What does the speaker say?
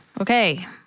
okay